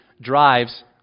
drives